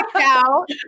out